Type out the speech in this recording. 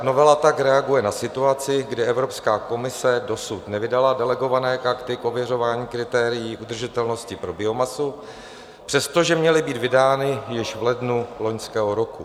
Novela tak reaguje na situaci, kdy Evropská komise dosud nevydala delegované karty k ověřování kritérií udržitelnosti pro biomasu, přestože měly být vydány již v lednu loňského roku.